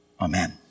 Amen